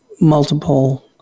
multiple